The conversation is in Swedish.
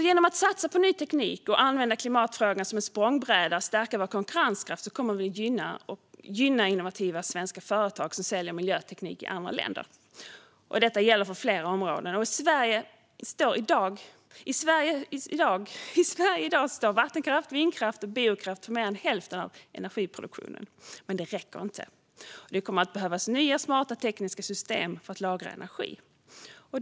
Genom att vi satsar på ny teknik, använder klimatfrågan som en språngbräda och stärker vår konkurrenskraft kommer vi att gynna innovativa svenska företag som säljer miljöteknik i andra länder. Detta gäller för flera områden. I Sverige i dag står vattenkraft, vindkraft och biokraft för mer än hälften av energiproduktionen. Men det räcker inte. Det kommer att behövas nya smarta tekniska system för att lagra energi.